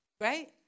Right